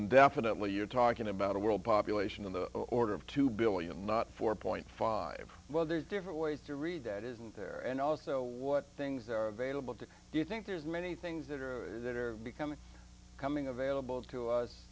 indefinitely you're talking about a world population of the order of two billion not four five well there's different ways to read that isn't there and also what things there are available to do you think there's many things that are that are becoming coming available to us